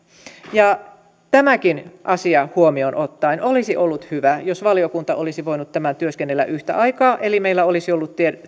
tämäkin asia huomioon ottaen olisi ollut hyvä jos valiokunta olisi voinut tämän työskennellä yhtä aikaa eli meillä olisi ollut